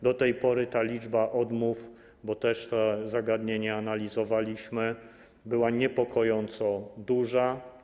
Do tej pory ta liczba odmów - bo też to zagadnienie analizowaliśmy - była niepokojąco duża.